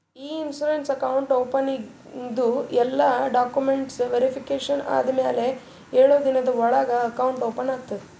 E insurance account ಓಪನಿಂಗ್ದು ಎಲ್ಲಾ documents verification ಆದಮ್ಯಾಲ ಎಳು ದಿನದ ಒಳಗ ಅಕೌಂಟ್ ಓಪನ್ ಆಗ್ತದ